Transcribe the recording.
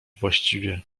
właściwie